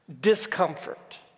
discomfort